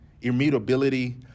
immutability